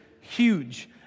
huge